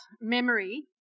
memory